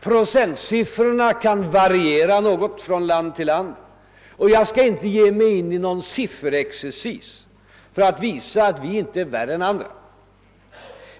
Procentsiffrorna kan variera något från land till land — men jag skall inte ge mig in i någon sifferexercis för att visa att vi inte är värre än andra.